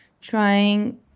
trying